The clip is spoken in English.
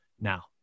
now